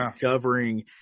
covering –